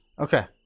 Okay